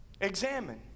Examine